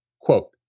Quote